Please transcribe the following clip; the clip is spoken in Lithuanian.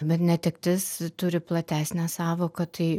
bet netektis turi platesnę sąvoką tai